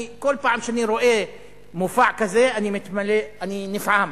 בכל פעם שאני רואה מופע כזה, אני נפעם.